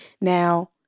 Now